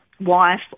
wife